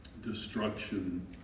destruction